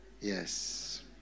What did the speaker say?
Yes